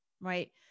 right